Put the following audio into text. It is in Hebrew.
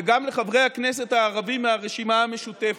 וגם לחברי הכנסת הערבים מהרשימה המשותפת: